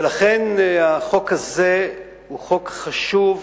ולכן החוק הזה הוא חוק חשוב,